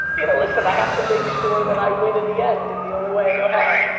you know listen, i have to make sure that i win in the end the only way i know how.